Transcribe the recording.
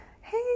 Hey